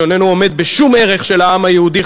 שאיננו עומד בשום ערך של העם היהודי,